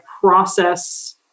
process